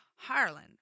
Harlan